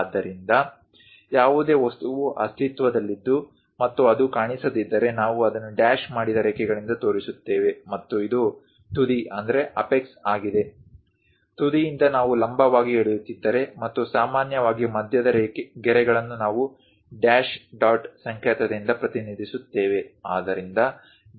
ಆದ್ದರಿಂದ ಯಾವುದೇ ವಸ್ತುವು ಅಸ್ತಿತ್ವದಲ್ಲಿದ್ದು ಮತ್ತು ಅದು ಕಾಣಿಸದಿದ್ದರೆ ನಾವು ಅದನ್ನು ಡ್ಯಾಶ್ ಮಾಡಿದ ರೇಖೆಗಳಿಂದ ತೋರಿಸುತ್ತೇವೆ ಮತ್ತು ಇದು ತುದಿ ಆಗಿದೆ ತುದಿಯಿಂದ ನಾವು ಲಂಬವಾಗಿ ಎಳೆಯುತ್ತಿದ್ದರೆ ಮತ್ತು ಸಾಮಾನ್ಯವಾಗಿ ಮಧ್ಯದ ಗೆರೆಗಳನ್ನು ನಾವು ಡ್ಯಾಶ್ ಡಾಟ್ ಸಂಕೇತದಿಂದ ಪ್ರತಿನಿಧಿಸುತ್ತೇವೆ